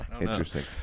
Interesting